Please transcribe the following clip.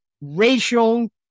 racial